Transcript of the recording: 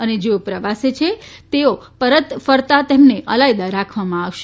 અને જેઓ પ્રવાસે છે તેમને પરત ફરતા આલાયદા રાખવામાં આવશે